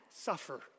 suffer